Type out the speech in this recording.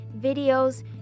videos